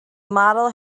model